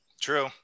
True